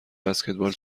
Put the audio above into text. بسکتبال